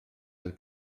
oedd